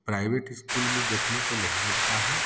private school में देखने को नहीं मिलता है